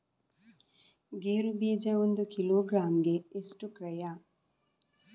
ಗೇರು ಬೀಜ ಒಂದು ಕಿಲೋಗ್ರಾಂ ಗೆ ಎಷ್ಟು ಕ್ರಯ?